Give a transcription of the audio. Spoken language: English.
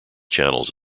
channels